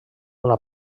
una